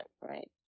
right